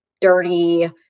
dirty